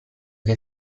che